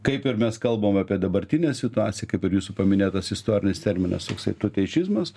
kaip ir mes kalbam apie dabartinę situaciją kaip ir jūsų paminėtas istorinis terminas toksai tuteišizmas